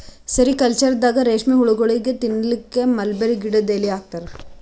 ಸೆರಿಕಲ್ಚರ್ದಾಗ ರೇಶ್ಮಿ ಹುಳಗೋಳಿಗ್ ತಿನ್ನಕ್ಕ್ ಮಲ್ಬೆರಿ ಗಿಡದ್ ಎಲಿ ಹಾಕ್ತಾರ